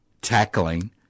tackling